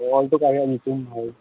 ᱚᱞ ᱦᱚᱴᱚ ᱠᱟᱜ ᱦᱩᱭᱩᱜᱼᱟ ᱧᱩᱛᱩᱢ ᱦᱳᱭ